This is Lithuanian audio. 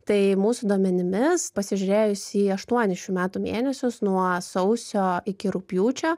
tai mūsų duomenimis pasižiūrėjus į aštuonis šių metų mėnesius nuo sausio iki rugpjūčio